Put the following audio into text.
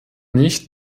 nicht